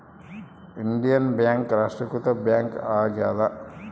Indian Bank ರಾಷ್ಟ್ರೀಕೃತ bank ಆಗ್ಯಾದ